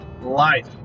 Life